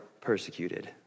persecuted